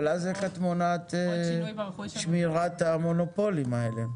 אבל איך את מונעת אז את שמירת המונופולים האלה?